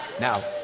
Now